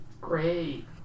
Great